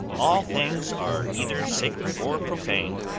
all things are either sacred or profane.